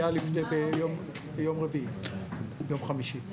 לפני שבועיים פגשתי